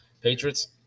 Patriots